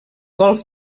golf